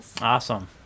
Awesome